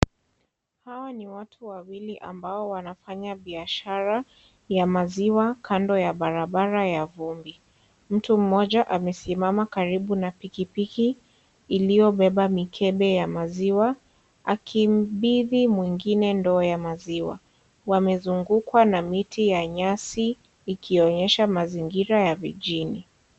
Hawa ni watu wawili ambao wanafanya biashara ya maziwa kando ya barabara ya vumbi, mtu moja amesimama karibu na pikipiki iliyobeba mikebe ya maziwa akimbithi mwengine ndoo ya maziwa, wamezungukwa na miti ya nyasi ikionyesha mazingira ya vijini.